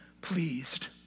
pleased